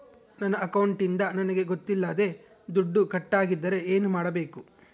ನನ್ನ ಅಕೌಂಟಿಂದ ನನಗೆ ಗೊತ್ತಿಲ್ಲದೆ ದುಡ್ಡು ಕಟ್ಟಾಗಿದ್ದರೆ ಏನು ಮಾಡಬೇಕು?